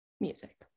music